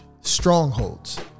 Strongholds